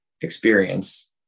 experience